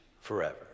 forever